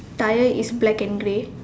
Tyre is black and grey